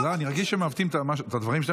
אני מרגיש שמעוותים את הדברים שלי,